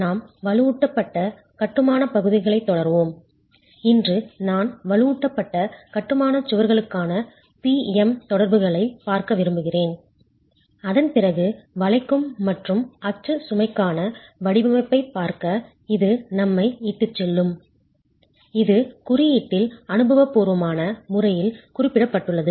நாம் வலுவூட்டப்பட்ட கட்டுமான பகுதிகளைத் தொடர்வோம் இன்று நான் வலுவூட்டப்பட்ட கட்டுமான சுவர்களுக்கான P M தொடர்புகளைப் பார்க்க விரும்புகிறேன் அதன் பிறகு வளைக்கும் மற்றும் அச்சு சுமைக்கான வடிவமைப்பைப் பார்க்க இது நம்மை இட்டுச் செல்லும் இது குறியீட்டில் அனுபவபூர்வமான முறையில் குறிப்பிடப்பட்டுள்ளது